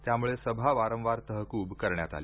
त्यामुळे सभा वारंवार तहकूब करण्यात आली